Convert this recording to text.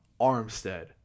Armstead